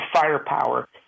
firepower